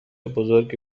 بزرگی